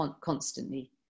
constantly